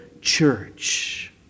church